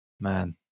man